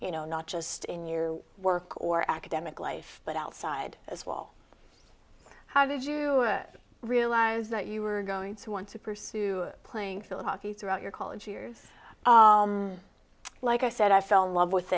you know not just in your work or academic life but outside as well how did you realize that you were going to want to pursue playing field hockey throughout your college years like i said i fell in love with